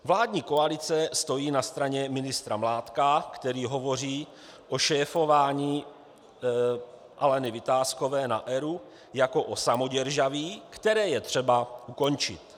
Vládní koalice stojí na straně ministra Mládka, který hovoří o šéfování Aleny Vitáskové na ERÚ jako o samoděržaví, které je třeba ukončit.